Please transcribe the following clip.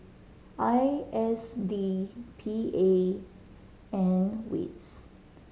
I S D P A and wits